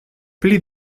pli